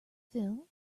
phil